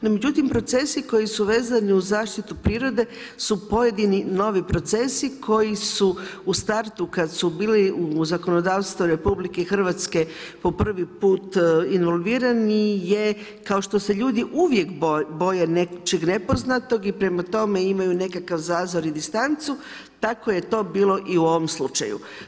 No međutim, procesi koji su vezani uz zaštitu prirode su pojedini novi procesi koji su u startu kad su bili u zakonodavstvu RH po prvi put involvirani je kao što se ljudi uvijek boje nečeg nepoznatog i prema tome imaju nekakav zazor i distancu tako je to bilo i u ovom slučaju.